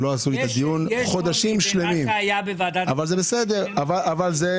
יש שוני בין מה שהיה בוועדת הכספים למה שיש